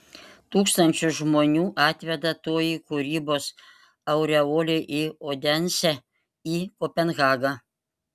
tūkstančius žmonių atveda toji kūrybos aureolė į odensę į kopenhagą